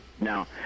Now